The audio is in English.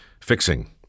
Fixing